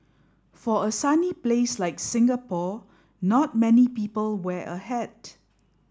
for a sunny place like Singapore not many people wear a hat